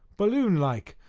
balloon like,